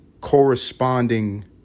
corresponding